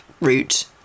route